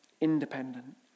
independent